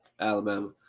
Alabama